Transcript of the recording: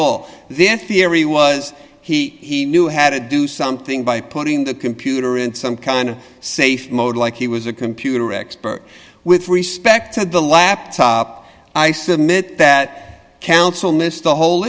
theory was he he knew had to do something by putting the computer in some kind of safe mode like he was a computer expert with respect to the laptop i submit that counsel missed the whole